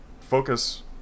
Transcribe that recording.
Focus